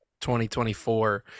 2024